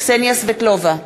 קסניה סבטלובה,